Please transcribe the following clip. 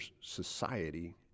society